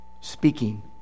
speaking